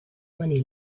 money